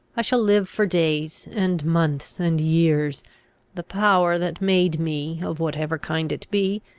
i shall live for days, and months, and years the power that made me, of whatever kind it be,